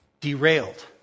derailed